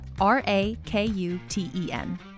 R-A-K-U-T-E-N